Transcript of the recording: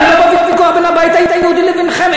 אני לא בוויכוח בין הבית היהודי לבינכם.